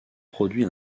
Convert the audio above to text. produit